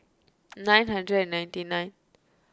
nine hundred ninety nine